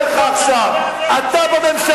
אז אני אומר לך עכשיו: אתה בממשלה.